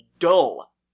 dull